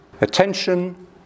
Attention